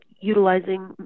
utilizing